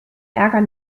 ärger